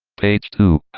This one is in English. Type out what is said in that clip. page two,